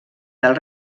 del